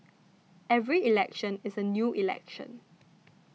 every election is a new election